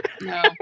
No